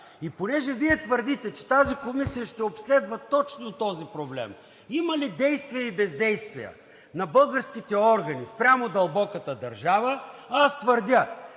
Понеже Вие твърдите, че тази комисия ще обследва точно този проблем – има ли действия и бездействия на българските органи спрямо дълбоката държава? Аз твърдя,